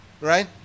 Right